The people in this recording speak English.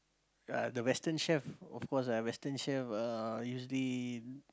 uh the western chef of course uh western chef are usually